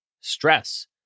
stress